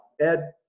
Ed